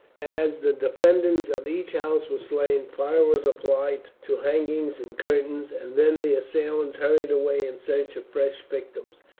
as the defenders of each house were slain, fire was applied to hangings and curtains, and then the assailants hurried away in search of fresh victims.